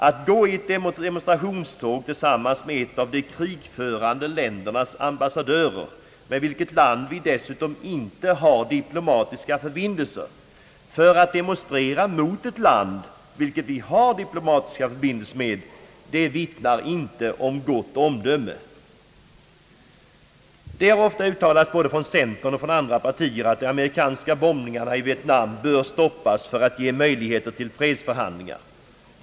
Att delta i ett demonstrationståg tillsammans med ambassadören för ett av de krigförande länderna, ett land som vi dessutom inte har diplomatiska förbindelser med, och demonstrera mot ett land som vi har diplomatiska förbindelser med, vittnar inte om gott omdöme. Det har ofta uttalats både från centern och från andra partier att de amerikanska bombningarna i Vietnam bör stoppas för att ge möjlighet till fredsförhandlingar.